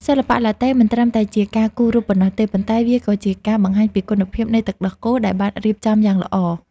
សិល្បៈឡាតេមិនត្រឹមតែជាការគូររូបប៉ុណ្ណោះទេ ប៉ុន្តែវាក៏ជាការបង្ហាញពីគុណភាពនៃទឹកដោះគោដែលបានរៀបចំយ៉ាងល្អ។